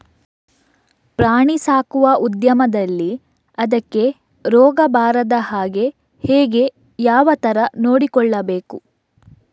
ಪ್ರಾಣಿ ಸಾಕುವ ಉದ್ಯಮದಲ್ಲಿ ಅದಕ್ಕೆ ರೋಗ ಬಾರದ ಹಾಗೆ ಹೇಗೆ ಯಾವ ತರ ನೋಡಿಕೊಳ್ಳಬೇಕು?